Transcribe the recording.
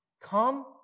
come